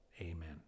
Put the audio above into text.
Amen